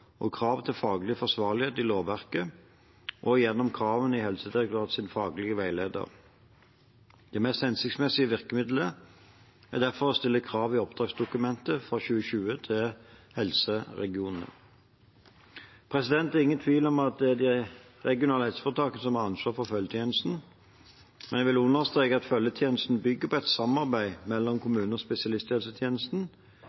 og krav til faglig forsvarlighet i lovverket og gjennom kravene i Helsedirektoratets faglige veileder. Det mest hensiktsmessige virkemiddelet er derfor å stille krav i oppdragsdokumentet for 2020 til helseregionene. Det er ingen tvil om at det er de regionale helseforetakene som har ansvaret for følgetjenesten, men jeg vil understreke at følgetjenesten bygger på et samarbeid mellom